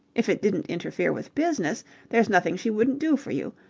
if it didn't interfere with business there's nothing she wouldn't do for you.